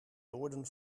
noorden